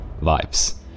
vibes